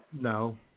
no